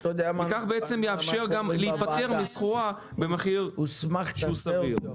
וזה יאפשר גם להיפטר מסחורה במחיר סביר.